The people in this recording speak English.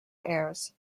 heirs